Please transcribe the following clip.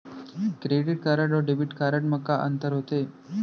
Credit card अऊ debit card मा का अंतर होथे?